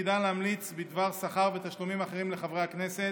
שתפקידה להמליץ בדבר שכר ותשלומים אחרים לחברי הכנסת,